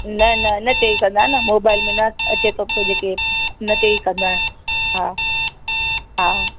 न न न उन ते ई कंदा न मोबाइल में न अचे थो पियो जेके उन ते कंदासीं हा हा